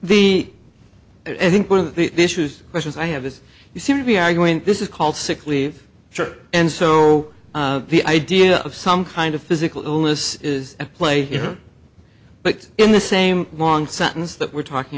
the i think one of the issues which is i have this you seem to be arguing this is called sick leave church and so the idea of some kind of physical illness is at play here but in the same long sentence that we're talking